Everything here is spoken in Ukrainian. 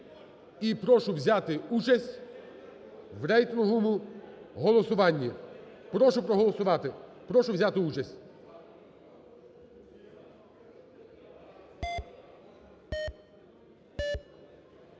і прошу взяти участь в рейтинговому голосуванні, прошу проголосувати, прошу взяти участь.